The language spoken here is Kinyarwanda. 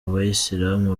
abayisilamu